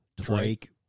Drake